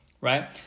right